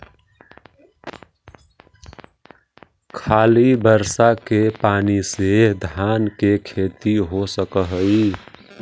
खाली बर्षा के पानी से धान के खेती हो सक हइ?